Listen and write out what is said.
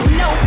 no